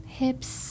hips